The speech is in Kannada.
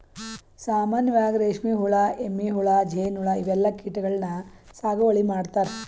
ಸಾಮಾನ್ಯವಾಗ್ ರೇಶ್ಮಿ ಹುಳಾ, ಎಮ್ಮಿ ಹುಳಾ, ಜೇನ್ಹುಳಾ ಇವೆಲ್ಲಾ ಕೀಟಗಳನ್ನ್ ಸಾಗುವಳಿ ಮಾಡ್ತಾರಾ